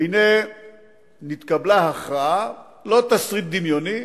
והנה התקבלה הכרעה, לא תסריט דמיוני,